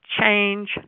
change